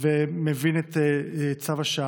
ומבין את צו שעה.